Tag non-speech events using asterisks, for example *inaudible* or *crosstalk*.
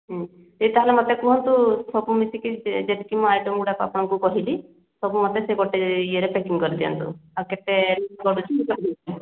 ଉଁ ଦିଦି ତାହାଲେ ମୋତେ କୁହନ୍ତୁ ସବୁ ମିଶିକି ଯେତିକି ମୁଁ ଆଇଟମ୍ ଗୁଡ଼ା ଆପଣଙ୍କୁ କହିଲି ସବୁ ମୋତେ ସେ ଗୋଟେ ଇଏରେ ପ୍ୟାକିଙ୍ଗ୍ କରିଦିଅନ୍ତୁ ଆଉ କେତେ ପଡ଼ୁଛି ମୋତେ *unintelligible*